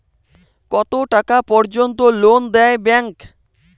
কত টাকা পর্যন্ত লোন দেয় ব্যাংক?